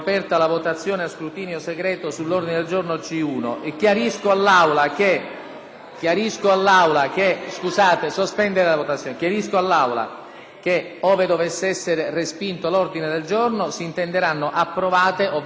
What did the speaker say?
Chiarisco all'Aula che, ove dovesse essere respinto l'ordine del giorno, si intenderanno approvate le conclusioni della Giunta nel senso dell'annullamento dell'elezione del senatore Di Girolamo.